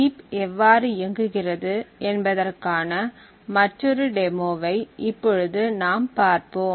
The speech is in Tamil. ஹீப் எவ்வாறு இயங்குகிறது என்பதற்கான மற்றொரு டெமோவை இப்பொழுது நாம் பார்ப்போம்